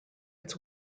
its